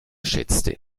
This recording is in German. schätzte